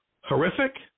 horrific